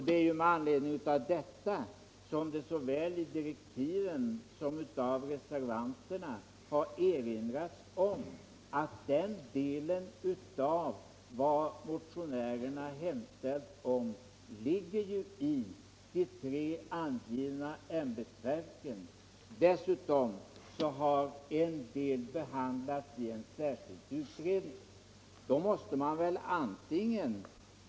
Det är med anledning av detta som det såväl i direktiven som av reservanterna har erinrats om att den del av motionärernas hemställan som rör organisationsfrågorna tillgodoses genom de angivna tre ämbetsverkens verksamhet. Dessutom har ett område som tas upp i en annan del av motionärernas hemställan behandlats i en särskild utredning.